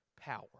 power